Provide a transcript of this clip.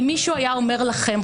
אם מישהו היה אומר לכם,